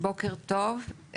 בוקר טוב.